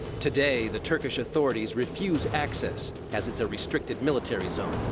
today, the turkish authorities refuse access, as it's a restricted military zone.